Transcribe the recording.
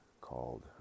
called